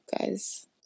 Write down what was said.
guys